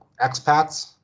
expats